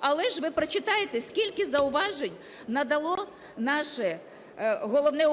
Але ж ви прочитайте скільки зауважень надало наше Головне